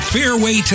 Fairway